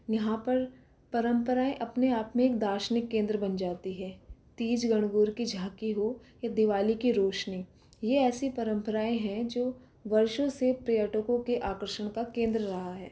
यहाँ पर परम्पराएँ अपने आप में एक दार्शनिक केंद्र बन जाती है तीज गणगौर की झाँकी हो या दिवाली की रौशनी ये ऐसी परम्पराएँ हैं जो वर्षों से पर्यटकों के आकर्षण का केंद्र रहा है